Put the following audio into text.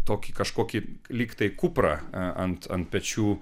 tokį kažkokį lyg tai kuprą ant ant pečių